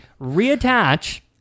reattach